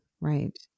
Right